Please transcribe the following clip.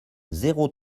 zéro